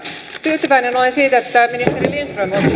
tyytyväinen olen siitä että ministeri lindström otti tämän